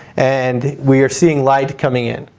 and we're seeing light coming in.